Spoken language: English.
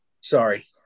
Sorry